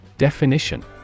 Definition